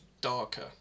darker